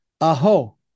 aho